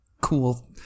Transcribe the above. cool